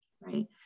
right